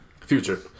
Future